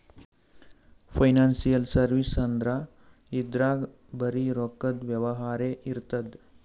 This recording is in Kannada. ಫೈನಾನ್ಸಿಯಲ್ ಸರ್ವಿಸ್ ಅಂದ್ರ ಇದ್ರಾಗ್ ಬರೀ ರೊಕ್ಕದ್ ವ್ಯವಹಾರೇ ಇರ್ತದ್